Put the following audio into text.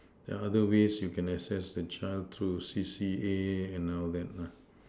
other ways you can assess the child through C_C_A and our web lah